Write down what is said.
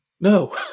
No